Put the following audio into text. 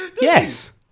Yes